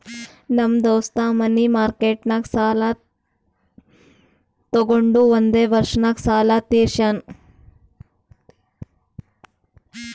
ನಮ್ ದೋಸ್ತ ಮನಿ ಮಾರ್ಕೆಟ್ನಾಗ್ ಸಾಲ ತೊಗೊಂಡು ಒಂದೇ ವರ್ಷ ನಾಗ್ ಸಾಲ ತೀರ್ಶ್ಯಾನ್